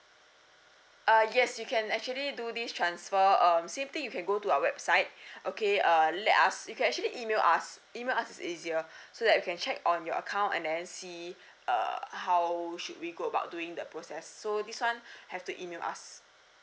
err yes you can actually do this transfer um same thing you can go to our website okay uh let us you can actually email us email us is easier so that we can check on your account and then see err how should we go about doing the process so this one have to email us